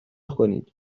کنید